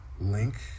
link